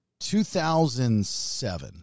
2007